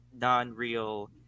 non-real